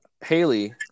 Haley